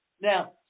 Now